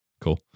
Cool